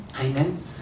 Amen